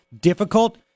difficult